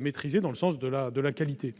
maîtrisée dans le sens de la qualité.